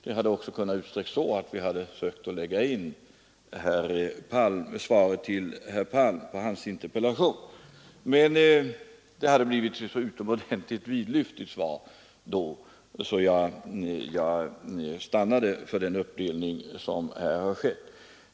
Den hade kunnat utsträckas så att vi hade sökt lägga in även svaret på herr Palms interpellation. Men det hade blivit ett så utomordentligt vidlyftigt svar att jag stannade för den uppdelning som här har skett.